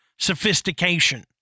sophistication